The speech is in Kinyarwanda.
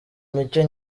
mike